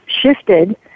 shifted